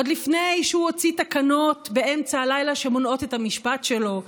עוד לפני שהוא הוציא תקנות באמצע הלילה שמונעות את המשפט שלו,